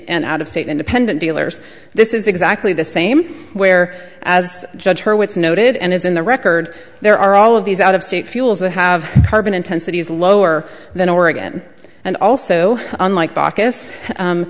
out of state independent dealers this is exactly the same where as judge hurwitz noted and is in the record there are all of these out of state fuels that have carbon intensity is lower than oregon and also unlike